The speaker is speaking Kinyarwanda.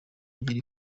ngira